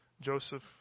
Joseph